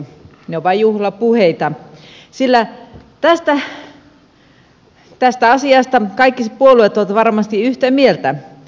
ne ovat vain juhlapuheita sillä tästä asiasta kaikki puolueet ovat varmasti yhtä mieltä